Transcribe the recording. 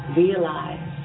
realize